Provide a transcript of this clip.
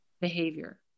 behavior